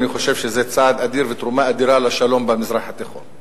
ואני חושב שזה צעד אדיר ותרומה אדירה לשלום במזרח התיכון.